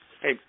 Hey